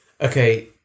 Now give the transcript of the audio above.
okay